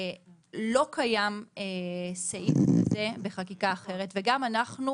שלא קיים סעיף כזה בחקיקה אחרת וגם אנחנו,